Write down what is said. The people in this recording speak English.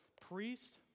priest